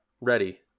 ready